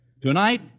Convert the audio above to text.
Tonight